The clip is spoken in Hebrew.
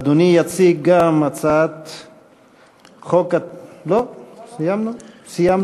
אדוני יציג גם הצעת חוק, לא, סיימנו, סיימנו.